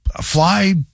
fly